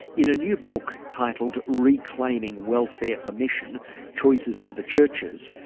in a new book titled reclaiming welfare for mission choices for the churches,